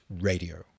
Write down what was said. Radio